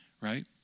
right